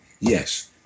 yes